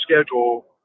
schedule